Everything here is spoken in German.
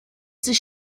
sich